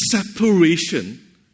separation